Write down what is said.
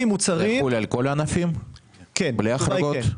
מוצרים- -- יחול על כל הענפים בלי החרגות?